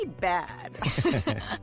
bad